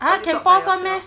!huh! can pause [one] meh